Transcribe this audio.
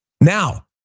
Now